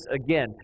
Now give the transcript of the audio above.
again